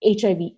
HIV